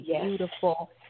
beautiful